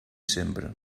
sempre